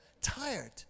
tired